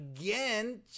again